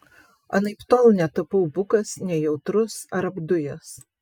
anaiptol netapau bukas nejautrus ar apdujęs